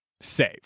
save